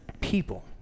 People